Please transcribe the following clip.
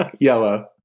Yellow